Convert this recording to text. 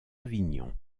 avignon